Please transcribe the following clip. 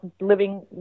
living